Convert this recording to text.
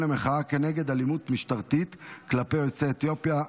המחאה כנגד אלימות משטרתית כלפי יוצאי אתיופיה,